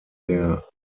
der